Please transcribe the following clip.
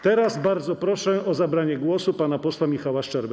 Teraz bardzo proszę o zabranie głosu pana posła Michała Szczerbę.